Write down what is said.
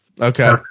Okay